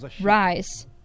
rise